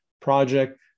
project